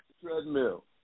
Treadmill